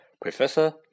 Professor